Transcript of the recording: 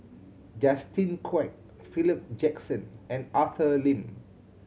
Justin Quek Philip Jackson and Arthur Lim